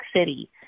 city